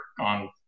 on